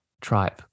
tribe